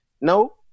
No